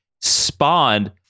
spawned